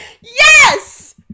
yes